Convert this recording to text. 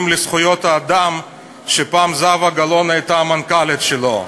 לזכויות אדם שפעם זהבה גלאון הייתה המנכ"לית שלו.